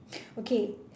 okay